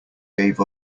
gave